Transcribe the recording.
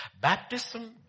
Baptism